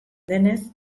denez